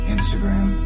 Instagram